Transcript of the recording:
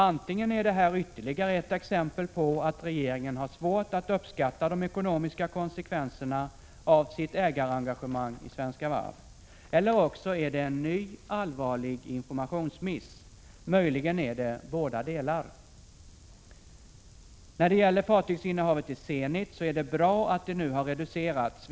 Antingen är det här ytterligare ett exempel på att regeringen har svårt att uppskatta de ekonomiska konsekvenserna av sitt ägarengagemang i Svenska Varv eller också är det en ny allvarlig informationsmiss. Möjligen är det båda delarna! När det gäller fartygsinnehavet i Zenit, så är det bra att det nu har reducerats.